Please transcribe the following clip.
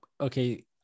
okay